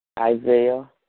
Isaiah